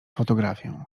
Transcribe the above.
fotografię